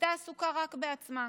הייתה עסוקה רק בעצמה,